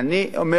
אני אומר,